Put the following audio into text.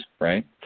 right